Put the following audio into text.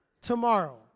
tomorrow